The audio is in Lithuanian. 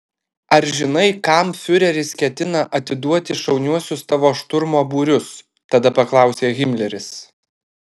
ar žinai kam fiureris ketina atiduoti šauniuosius tavo šturmo būrius tada paklausė himleris